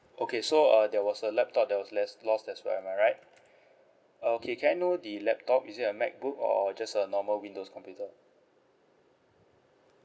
okay so uh there was a laptop that was less lost as well am I right uh okay can I know the laptop is it a MacBook or just a normal windows computer